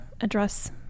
address